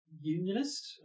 unionist